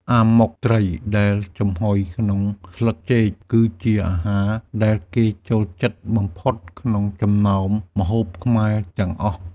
អាម៉ុកត្រីដែលចំហុយក្នុងស្លឹកចេក គឺជាអាហារដែលគេចូលចិត្តបំផុតក្នុងចំណោមម្ហូបខ្មែរទាំងអស់។